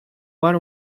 one